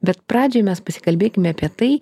bet pradžioj mes pasikalbėkime apie tai